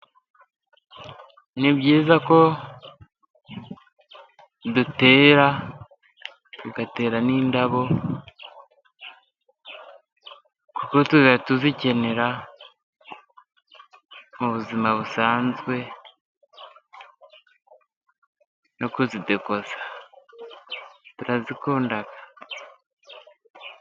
Ni byiza ko dutera tugatera n'indabo kuko tujya tuzikenera mu buzima busanzwe no kuzidekoza turazikunda.